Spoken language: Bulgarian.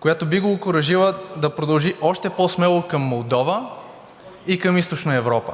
което би го окуражило да продължи още по-смело към Молдова и към Източна Европа.